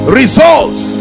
results